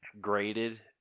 graded